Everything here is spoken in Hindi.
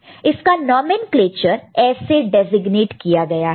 इसका नोमैनक्लेचर ऐसे डेसिग्नेट किया गया है